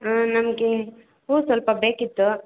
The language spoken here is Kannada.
ನಮಗೆ ಹೂವು ಸ್ವಲ್ಪ ಬೇಕಿತ್ತು